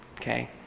okay